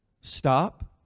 Stop